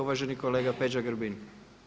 Uvaženi kolega Peđa Grbin.